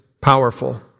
powerful